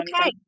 Okay